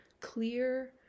clear